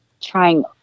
trying